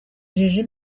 injiji